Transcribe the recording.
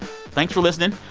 thanks for listening.